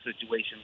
situation